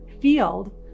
field